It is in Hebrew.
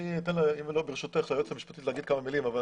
אני מבקש לאפשר ליועצת המשפטית לומר כמה מלים.